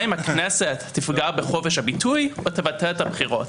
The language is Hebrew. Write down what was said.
מה אם הכנסת תפגע בחופש הביטוי או תבטל את הבחירות?